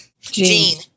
Gene